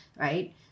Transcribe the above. right